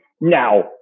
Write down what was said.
now